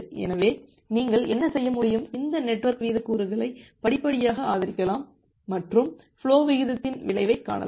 எனவே நீங்கள் என்ன செய்ய முடியும் இந்த நெட்வொர்க் வீதக் கூறுகளை படிப்படியாக அதிகரிக்கலாம் மற்றும் ஃபுலோ விகிதத்தின் விளைவைக் காணலாம்